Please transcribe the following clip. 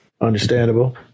Understandable